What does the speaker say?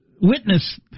witness